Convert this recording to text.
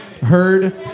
heard